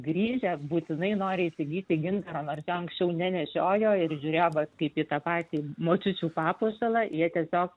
grįžę būtinai nori įsigyti gintaro nors jo anksčiau nenešiojo ir žiūrėjo kaip į tą patį močiučių papuošalą jie tiesiog